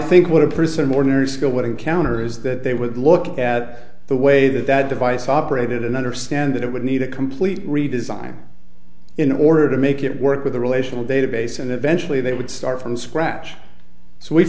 think what a person ordinary skill would encounter is that they would look at the way that that device operated and understand that it would need a complete redesign in order to make it work with a relational database and eventually they would start from scratch s